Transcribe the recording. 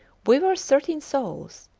we were thirteen souls,